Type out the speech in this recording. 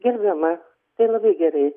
gerbiama tai labai gerai